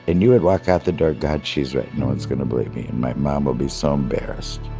and you would walk out the door god, she's right. no one's going to believe me. and my mom will be some embarrassed